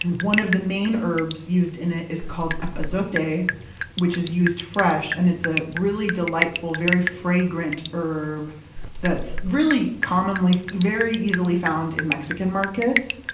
one of the main herbs used in it is called epazote, which is used fresh, and it's a really delightful, very fragrant herb that's really commonly, very easily found in mexican markets.